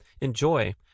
enjoy